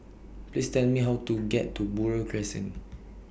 Please Tell Me How to get to Buroh Crescent